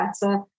better